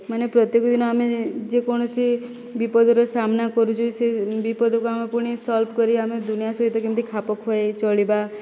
ମାନେ ପ୍ରତ୍ୟେକ ଦିନ ଆମେ ଯେକୌଣସି ବିପଦର ସାମନା କରୁଛେ ସେ ବିପଦକୁ ଆମେ ପୁଣି ସଲ୍ଭ କରି ଆମେ ଦୁନିଆଁ ସହିତ କେମିତି ଖାପ ଖୁଆଇ ଚଳିବା